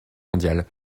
mondiale